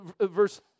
verse